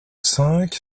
cinq